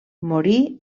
morí